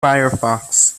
firefox